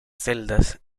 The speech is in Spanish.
celdas